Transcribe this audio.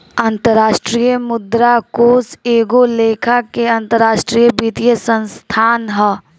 अंतरराष्ट्रीय मुद्रा कोष एगो लेखा के अंतरराष्ट्रीय वित्तीय संस्थान ह